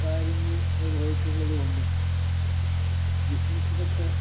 കാര്യങ്ങള് നിർവഹിക്കണത് കൊണ്ടും ബിസിനസിലൊക്കെ